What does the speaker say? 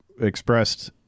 expressed